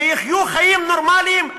שיחיו חיים נורמליים,